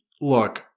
look